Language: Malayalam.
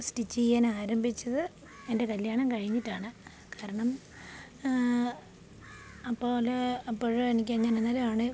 സ്റ്റിച്ചിയാൻ ആരംഭിച്ചത് എൻ്റെ കല്യാണം കഴിഞ്ഞിട്ടാണ് കാരണം ആ പോലെ അപ്പഴ് എനിക്ക് അങ്ങനെ അന്നേരം ആണ്